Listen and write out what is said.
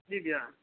जी भैया